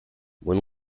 when